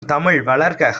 தமிழ்வளர்க